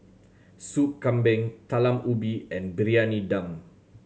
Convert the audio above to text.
Soup Kambing Talam Ubi and Briyani Dum